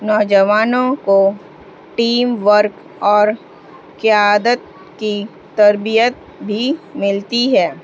نوجوانوں کو teamwork اور قیادت کی تربیت بھی ملتی ہے